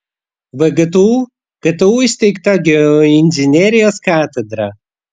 vgtu ktu įsteigta geoinžinerijos katedra